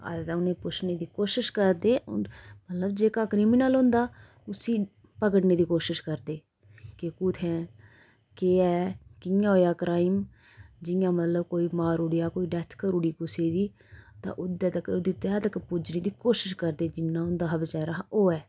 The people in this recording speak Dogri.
ते उ'नेंगी पुच्छने दी कोशिश करदे उ'नें मतलब जेह्का क्रिमीनल होंदा उसी पकड़ने दी कोशिश करदे कि कुत्थें केह् ऐ कियां होएआ क्राइम जियां मतलब कोई मारुड़ेआ कोई डैथ करुड़ी कुसै दी ते उंदे तक ओह्दी तैह तक पुज्जने दी कोशिश करदे जिन्ना उं'दा हा बेचारै हा होऐ